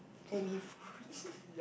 any food